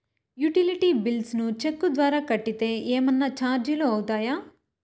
Utility bills ను cheque ద్వారా కట్టితే ఏమన్నా చార్జీలు అవుతాయా?